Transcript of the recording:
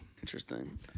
Interesting